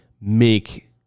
make